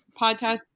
podcast